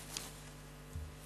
ההצעה להעביר את הצעת חוק עבודת נשים